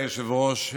תודה, רבותיי.